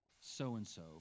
so-and-so